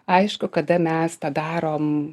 aišku kada mes padarom